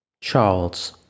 Charles